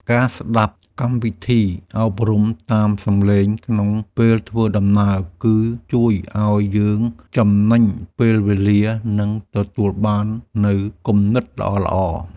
ការស្ដាប់កម្មវិធីអប់រំតាមសម្លេងក្នុងពេលធ្វើដំណើរ គឺ ជួយឱ្យយើងចំណេញពេលវេលា និង ទទួលបាននូវគំនិតល្អៗ។